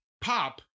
Pop